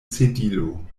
sedilo